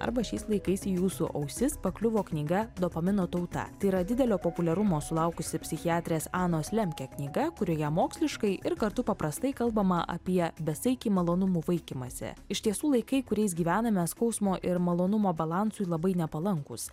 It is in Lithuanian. arba šiais laikais į jūsų ausis pakliuvo knyga dopamino tauta tai yra didelio populiarumo sulaukusi psichiatrės anos lemke knyga kurioje moksliškai ir kartu paprastai kalbama apie besaikį malonumų vaikymąsi iš tiesų laikai kuriais gyvename skausmo ir malonumo balansui labai nepalankūs